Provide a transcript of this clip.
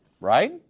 right